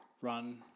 run